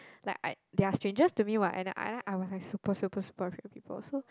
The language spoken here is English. like I they are strangers to me what and then I was like super super super afraid of people so